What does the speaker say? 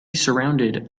surrounded